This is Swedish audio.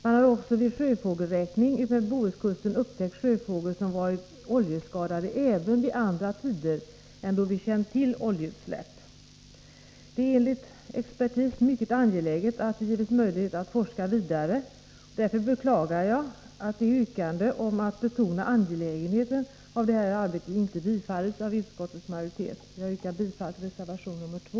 Man hade också vid en sjöfågelräkning utmed Bohuslänskusten upptäckt sjöfåglar som varit oljeskadade även vid andra tider än då vi känt till att oljeutsläpp inträffat. Det är enligt expertis mycket angeläget att möjlighet gives att forska vidare. Därför beklagar jag att yrkandet om att betona angelägenheten av detta arbete inte tillstyrks av utskottsmajoriteten. Jag yrkar bifall till reservation nr 2.